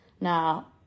Now